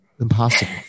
impossible